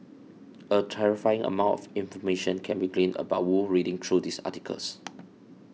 a terrifying amount of information can be gleaned about Wu reading through these articles